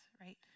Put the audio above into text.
right